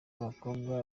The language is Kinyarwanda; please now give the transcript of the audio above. abakobwa